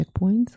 checkpoints